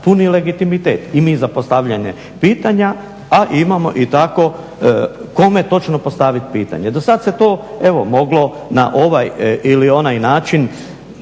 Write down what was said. puni legitimitet i mi za postavljanje pitanje a imamo i takvo kome točno postaviti pitanje. Do sad se to moglo evo na ovaj ili onaj način,